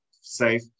safe